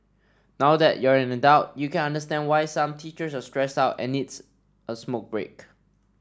now that you're an adult you can understand why some teachers are stressed out and needs a smoke break